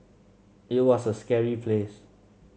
it was a scary place